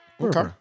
Okay